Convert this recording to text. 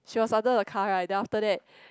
she was under the car right then after that